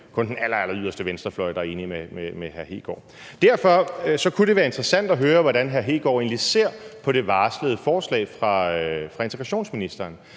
kun den alleralleryderste venstrefløj, der er enig med hr. Kristian Hegaard. Derfor kunne det være interessant at høre, hvordan hr. Kristian Hegaard egentlig ser på det varslede forslag fra integrationsministeren: